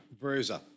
Bruiser